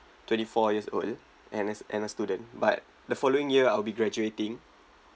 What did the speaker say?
twenty four years old and as and a student but the following year I'll be graduating